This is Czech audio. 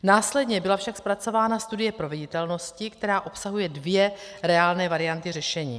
Následně byla však zpracována studie proveditelnosti, která obsahuje dvě reálné varianty řešení.